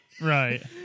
Right